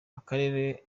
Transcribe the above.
akarere